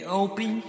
open